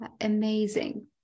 amazing